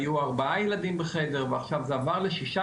היו ארבעה ילדים בחדר ועכשיו זה עבר לשישה